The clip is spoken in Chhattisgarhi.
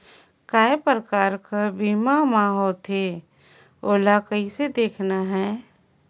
काय प्रकार कर बीमा मा होथे? ओला कइसे देखना है?